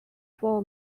four